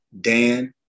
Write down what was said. Dan